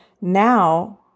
now